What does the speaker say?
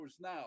now